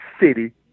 city